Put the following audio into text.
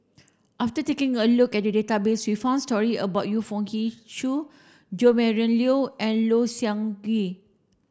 after taking a look at the database we found story about Yu Foo Yee Shoon Jo Marion Leo and Low Siew Nghee